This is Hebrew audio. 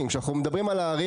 כשאנחנו מדברים על הערים,